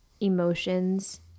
Emotions